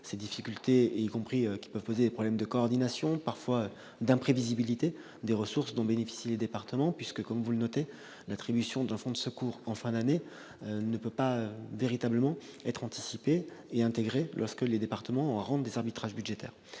ces difficultés, qui peuvent poser des problèmes de coordination ou d'imprévisibilité des ressources dont bénéficient les départements. Comme vous l'avez dit, l'attribution d'un fonds de secours en fin d'année ne peut pas véritablement être anticipée et intégrée lorsque les départements ont à rendre des arbitrages budgétaires.